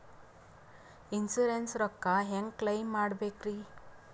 Insurance ರೊಕ್ಕ ಹೆಂಗ claim ಮಾಡ್ಬೇಕ್ರಿ?